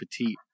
Petit